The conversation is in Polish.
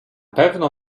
pewno